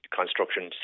construction